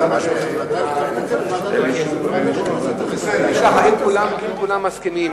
האם כולם מסכימים?